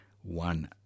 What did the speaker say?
one